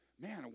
man